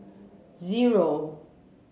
zero